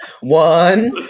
One